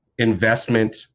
Investment